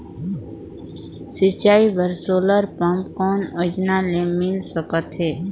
सिंचाई बर solar pump कौन योजना ले मिल सकथे?